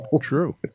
True